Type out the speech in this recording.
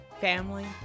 family